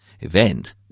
event